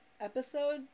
episode